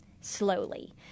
slowly